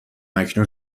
اکنون